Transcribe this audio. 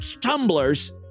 tumblers